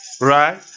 Right